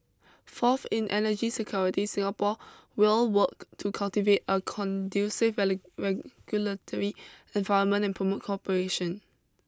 fourth in energy security Singapore will work to cultivate a conducive regulatory environment and promote cooperation